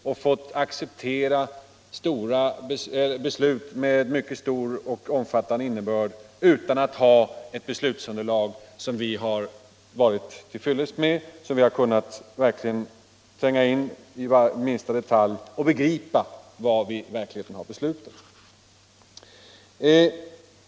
Vi har fått acceptera förslag med mycket omfattande innebörd, utan att ha ett beslutsunderlag som varit till fyllest och som vi i detalj kunnat tränga in i så att vi kunnet begripa vad vi i verkligheten beslutat.